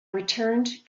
returned